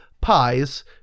pies